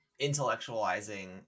intellectualizing